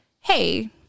hey